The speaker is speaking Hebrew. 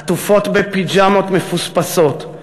עטופות בפיג'מות מפוספסות.